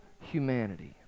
humanity